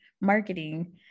marketing